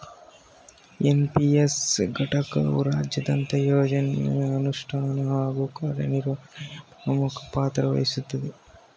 NPS ಘಟಕವು ರಾಜ್ಯದಂತ ಯೋಜ್ನಗೆ ಅನುಷ್ಠಾನ ಹಾಗೂ ಕಾರ್ಯನಿರ್ವಹಣೆಯ ಪ್ರಮುಖ ಪಾತ್ರವಹಿಸುತ್ತದೆ